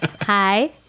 Hi